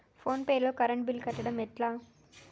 Phone pay లో current bill కట్టడం ఎట్లా?